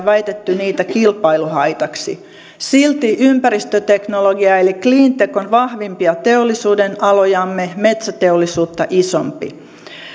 väitetty niitä kilpailuhaitaksi silti ympäristöteknologia eli cleantech on vahvimpia teollisuudenalojamme metsäteollisuutta isompi